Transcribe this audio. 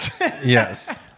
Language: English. Yes